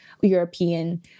European